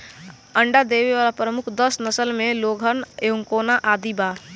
अंडा देवे वाला प्रमुख दस नस्ल में लेघोर्न, एंकोना आदि बा